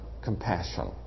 compassion